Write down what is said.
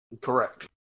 Correct